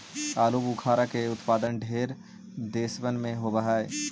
आलूबुखारा के उत्पादन ढेर देशबन में होब हई